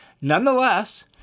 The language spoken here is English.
Nonetheless